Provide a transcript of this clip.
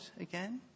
again